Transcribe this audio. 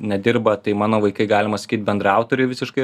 nedirba tai mano vaikai galima sakyt bendraautoriai visiškai